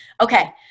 Okay